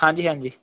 ਹਾਂਜੀ ਹਾਂਜੀ